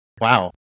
Wow